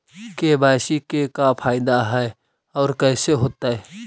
KYC से का फायदा है और कैसे होतै?